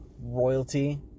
royalty